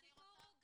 הסיפור הוא,